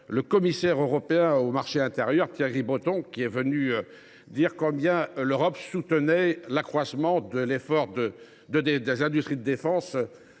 le commissaire européen au marché intérieur, Thierry Breton, est venu dire au Sénat combien l’Europe soutenait l’accroissement de l’effort des industries de défense